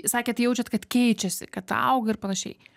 sakėt jaučiat kad keičiasi kad auga ir panašiai